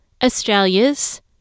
Australia's